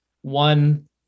one